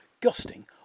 Gusting